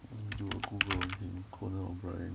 mm 给我 Google again conan o'brien